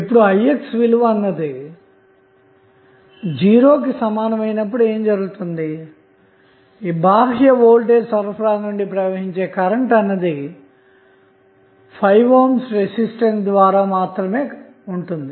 ఇప్పుడుix విలువ '0' కి సమానమైనప్పుడు ఏమి జరుగుతుంది బాహ్య వోల్టేజ్ సరఫరా నుండి ప్రవహించే కరెంట్ అన్నది 5 ohm రెసిస్టెన్స్ ద్వారా మాత్రమే ఉంటుంది